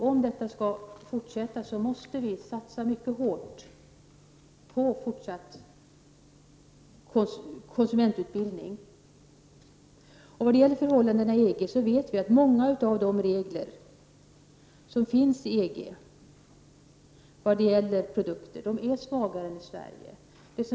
Om detta skall fortsätta måste vi satsa mycket hårt på fortsatt konsumentutbildning. Vi vet att många av EG:s regler när det gäller produkter är svagare än Sveriges.